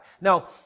Now